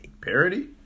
Parody